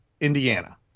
Indiana